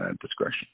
discretion